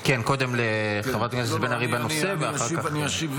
כן, קודם לחברת הכנסת בן ארי בנושא ואחר כך לה.